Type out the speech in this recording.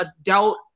adult